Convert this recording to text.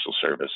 service